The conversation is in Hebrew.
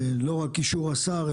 לא רק אישור השר,